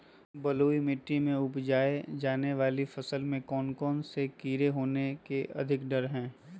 बलुई मिट्टी में उपजाय जाने वाली फसल में कौन कौन से कीड़े होने के अधिक डर हैं?